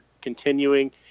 continuing